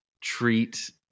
treat